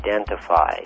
identify